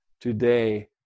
today